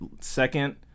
second